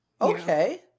Okay